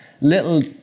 little